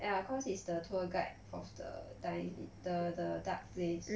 ya cause he's the tour guide of the dine in the the dark place